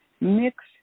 Mix